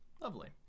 Lovely